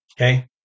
Okay